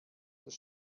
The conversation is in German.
das